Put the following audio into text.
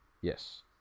Yes